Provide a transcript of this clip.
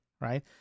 right